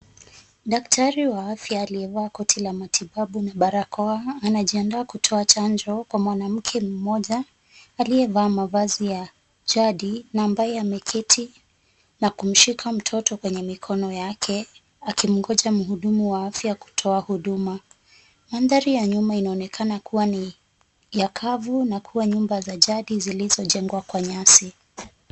Daktari wa afya aliyevaa koti la matibabu na barakoa anajiandaa kutoa chanjo kwa mwanamke mmoja aliyevaa mavazi ya jadi na ambaye ameketi na kumshika mtoto kwenye mikono yake akimngoja mhudumu wa afya kutoa huduma. Mandhari ya nyuma inaonekana kuwa ni ya kavu na kuwa nyumba za jadi zilizojengwa kwa nyasi.